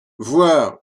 voir